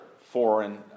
foreign